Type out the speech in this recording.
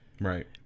Right